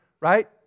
Right